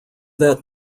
that